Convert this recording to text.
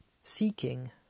seeking